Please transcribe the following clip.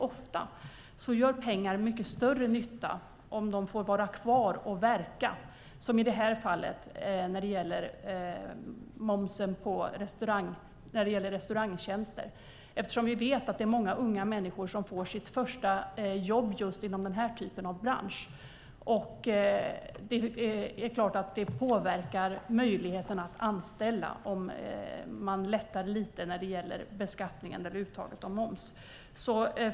Ofta gör pengar mycket större nytta om de får vara kvar och verka som i det här fallet när det gäller momsen på restaurangtjänster. Vi vet att det är många unga människor som får sitt första jobb just inom den här typen av bransch. Det är klart att det påverkar möjligheten att anställa om man lättar lite på beskattningen eller uttaget av moms.